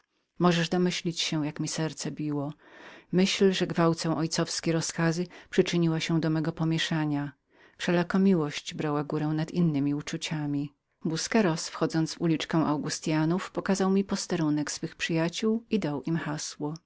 możesz domyślić się jak mi serce biło myśl że gwałcę ojcowskie rozkazy przyczyniała się do mego pomieszania wszelako miłość brała górę nad innemi uczniami busqueros wchodząc w uliczkę augustyanów pokazał mi drzwi przy których stał wybór jego przyjacioł i dał im hasło